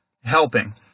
helping